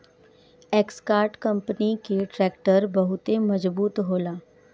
Escort company कअ tractor बहुते मजबूत होला